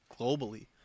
globally